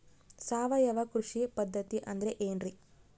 ಸಾವಯವ ಕೃಷಿ ಪದ್ಧತಿ ಅಂದ್ರೆ ಏನ್ರಿ?